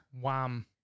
Wham